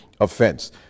offense